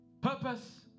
purpose